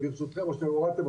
אירועי קיצון